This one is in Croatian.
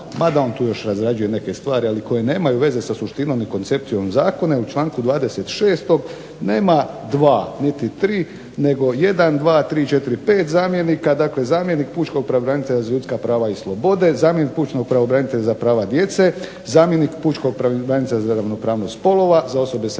mada on još razrađuje neke stvari ali koje nemaju veze sa suštinom i koncepcijom Zakona a u članku 26. nema dva niti tri nego jedan, 2, 3, 4, 5 zamjenika, dakle zamjenik pučkog pravobranitelja za ljudska prava i slobode, zamjenik pučkog pravobranitelja za prava djece, zamjenik pučkog pravobranitelja za ravnopravnost spolova, za osobe sa